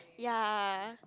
ya